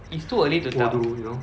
it's too early to tell